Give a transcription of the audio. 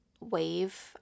wave